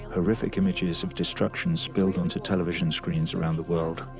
horrific images of destruction spilled onto television screens around the world.